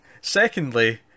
secondly